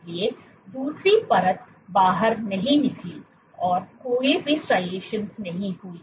इसलिए दूसरी परत बाहर नहीं निकली और कोई भी स्ट्राइएशन नहीं हुई